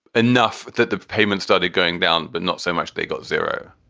enough that the payment started going down, but not so much, they got zero.